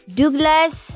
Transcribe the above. Douglas